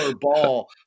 ball